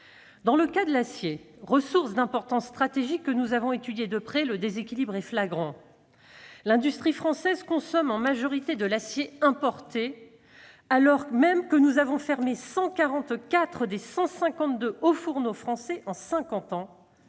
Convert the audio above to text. Dans le cas de l'acier, ressource d'importance stratégique que nous avons étudiée de près, le déséquilibre est flagrant. L'industrie française consomme en majorité de l'acier importé, alors même que nous avons fermé 144 des 152 hauts-fourneaux français en cinquante